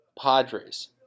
Padres